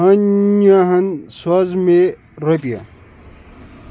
ہانیاہَن سوزٕ مے رۄپیہِ